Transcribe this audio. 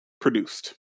produced